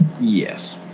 Yes